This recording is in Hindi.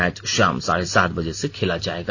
मैच शाम साढे सात बजे से खेला जाएगा